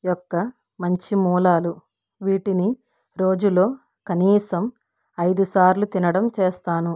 యొక్క మంచి మూలాలు వీటిని రోజులో కనీసం ఐదు సార్లు తినడం చేస్తాను